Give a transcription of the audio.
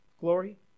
glory